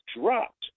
dropped